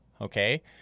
okay